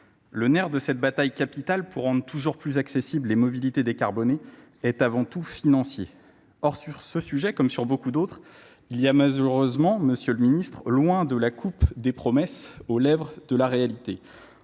le nerf de cette bataille capitale pour rendre toujours plus accessibles les mobilités décarbonée est avant tout financier or sur ce sujet comme sur beaucoup d'autres il y a malheureusement monsieur le ministre loin de la coupe des promesses aux lèvres de la réalité